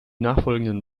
nachfolgenden